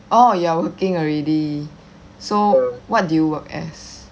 oh you are working already so what do you work as